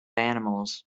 animals